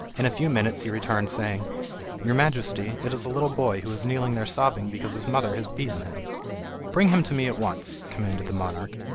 in a few minutes he returned saying your majesty, it is a little boy who is kneeling there sobbing because his mother has beaten him bring him to me at once commanded the monarch,